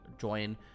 join